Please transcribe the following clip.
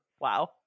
Wow